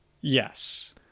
yes